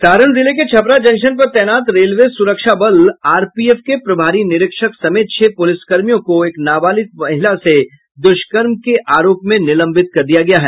सारण जिले के छपरा जंक्शन पर तैनात रेलवे सुरक्षा बल आरपीएफ के प्रभारी निरीक्षक समेत छह पुलिसकर्मियों को एक नाबालिग महिला से दुष्कर्म के आरोप में निलंबित कर दिया गया है